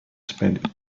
spend